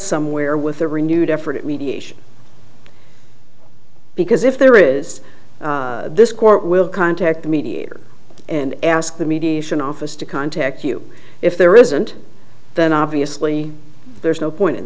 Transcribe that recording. somewhere with a renewed effort at mediation because if there is this court will contact the mediator and ask the mediation office to contact you if there isn't then obviously there's no point in